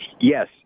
Yes